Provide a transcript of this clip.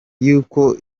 y’uko